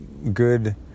good